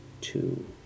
two